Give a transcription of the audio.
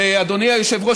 ואדוני היושב-ראש,